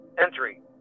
entry